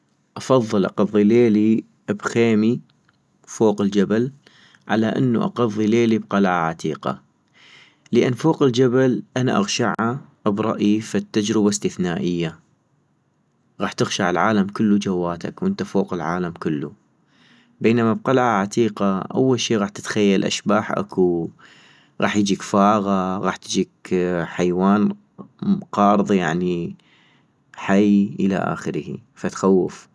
افضل اقضي ليلي بخيمي فوق الجبل ، على انو اقضي ليلي بقلعة عتيقة - لان فوق الجبل انا اغشعا برأيي فد تجربة استثنائية، غاح تغشع العالم كلتو جواتك وانت فوق العالم كلو ، بينما بقلعة عتيقة اول شي غاح تتخيل اشباح اكو غاح يجيك فاغة ، غاح يجيك حيوان مق-قارض يعني، حي الى اخره فأتخوف